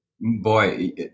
Boy